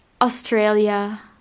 Australia